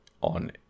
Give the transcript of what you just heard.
on